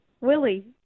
Willie